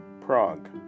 Prague